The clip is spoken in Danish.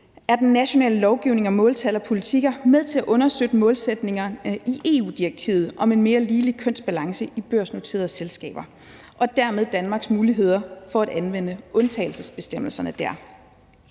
er den nationale lovgivning om måltal og politikker med til at understøtte målsætningerne i EU-direktivet om en mere ligelig kønsbalance i børsnoterede selskaber og dermed Danmarks muligheder for at anvende undtagelsesbestemmelserne dér.